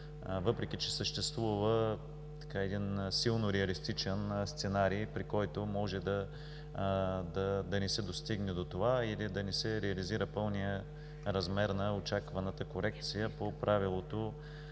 въпреки че съществува един силно реалистичен сценарии, при който може да не се достигне до това, или да не реализира пълния размер на очакваната корекция по правилото